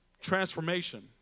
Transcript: transformation